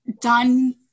done